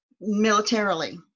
militarily